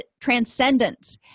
transcendence